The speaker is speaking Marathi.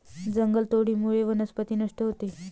जंगलतोडीमुळे वनस्पती नष्ट होते